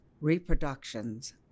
reproductions